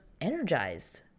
energized